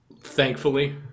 thankfully